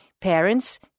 parents